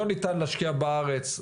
לא ניתן להשקיע בארץ,